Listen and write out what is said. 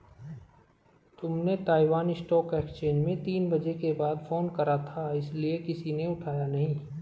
तुमने Taiwan stock exchange में तीन बजे के बाद फोन करा था इसीलिए किसी ने उठाया नहीं